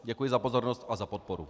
Děkuji za pozornost a za podporu.